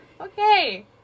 okay